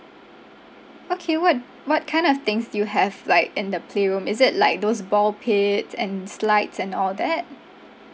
okay what what kind of things do you have like in the playroom is it like those ball pits and slides and all that